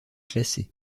classé